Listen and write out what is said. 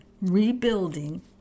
rebuilding